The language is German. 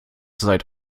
seit